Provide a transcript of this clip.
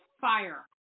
fire